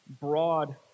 broad